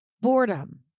boredom